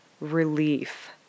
relief